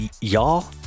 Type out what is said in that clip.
Y'all